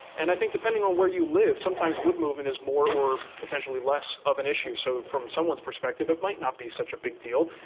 and i think depending on where you live sometimes wood movement is more or potentially less of an issue, so from someone's perspective, it might not be such a big deal.